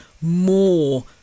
more